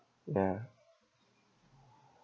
ya